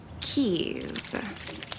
Keys